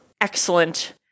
excellent